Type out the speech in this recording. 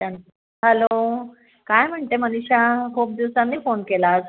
hello काय म्हणते मनिषा खूप दिवसांनी फोन केलास